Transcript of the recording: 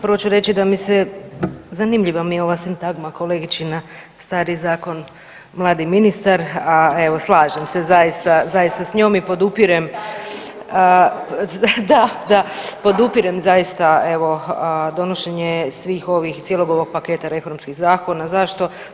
Prvo ću reći da mi se, zanimljiva mi je ova sintagma kolegičina, stari zakon, mladi ministar, a evo, slažem se zaista, zaista s njom i podupire ... [[Upadica se ne čuje.]] da, da, podupirem, zaista evo, donošenje svih ovih, cijelog ovog paketa reformskim zakona, zašto?